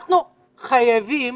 אנחנו חייבים